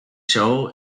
show